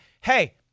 hey